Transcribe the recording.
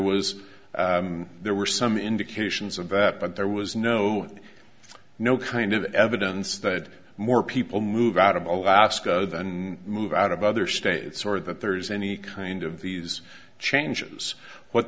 was there were some indications of that but there was no you know kind of evidence that more people move out of alaska than move out of other states or that there's any kind of these changes what